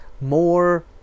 more